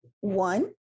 one